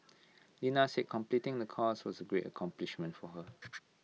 Lena said completing the course was A great accomplishment for her